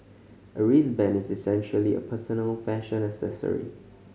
a wristband is essentially a personal fashion accessory